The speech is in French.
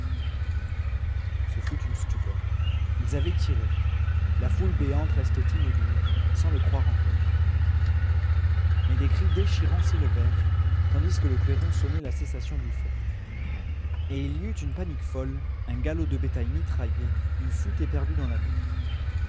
ce fut une stupeur ils avaient tiré la foule béante restait immobile sans le croire encore mais des cris déchirants s'élevèrent tandis que le clairon sonnait la cessation du feu et il y eut une panique folle un galop de bétail mitraillé une fuite éperdue dans la boue